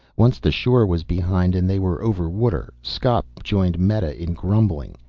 once the shore was behind and they were over water, skop joined meta in grumbling.